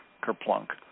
kerplunk